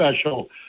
special